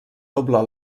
doble